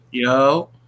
Yo